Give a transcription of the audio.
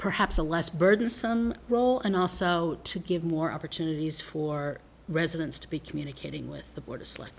perhaps a less burdensome role and also to give more opportunities for residents to be communicating with the boarders like